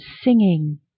singing